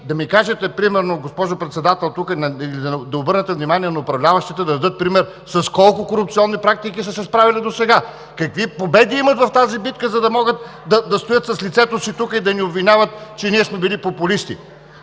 Да ми кажете примерно, госпожо Председател, или да обърнете внимание на управляващите да дадат пример с колко корупционни практики са се справили досега? Какви победи имат в тази битка, за да могат да стоят с лицето си тук и да ни обвиняват, че ние сме били популисти?